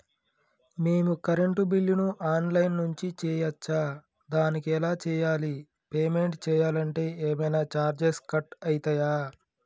మేము కరెంటు బిల్లును online నుంచి చేయచ్చా? దానికి ఎలా చేయాలి? పేమెంట్ చేయాలంటే ఏమైనా చార్జెస్ కట్ అయితయా?